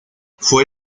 fue